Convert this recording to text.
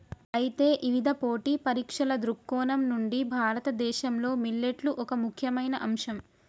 అయితే ఇవిధ పోటీ పరీక్షల దృక్కోణం నుండి భారతదేశంలో మిల్లెట్లు ఒక ముఖ్యమైన అంశం